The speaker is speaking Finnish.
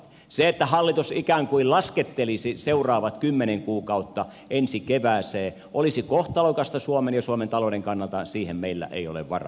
se että hallitus ikään kuin laskettelisi seuraavat kymmenen kuukautta ensi kevääseen olisi kohtalokasta suomen ja suomen talouden kannalta siihen meillä ei ole varaa